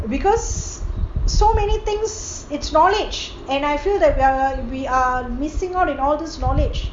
because so many things it's knowledge and I feel that we are we are missing out in all this knowledge